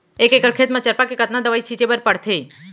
एक एकड़ खेत म चरपा के कतना दवई छिंचे बर पड़थे?